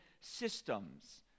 systems